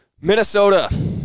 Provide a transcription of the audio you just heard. Minnesota